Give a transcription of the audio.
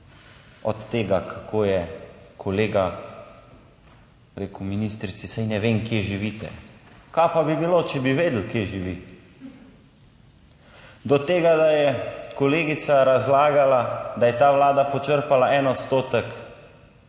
od tega, kako je kolega rekel ministrici, saj ne vem kje živite. Kaj pa bi bilo, če bi vedeli kje živi? Od tega, da je kolegica razlagala, da je ta Vlada počrpala 1 odstotek